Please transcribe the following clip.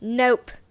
nope